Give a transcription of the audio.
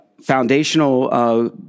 foundational